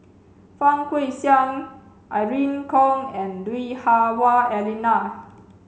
Fang Guixiang Irene Khong and Lui Hah Wah Elena